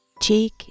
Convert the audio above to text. cheek